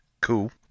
Cool